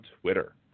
Twitter